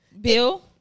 Bill